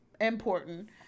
important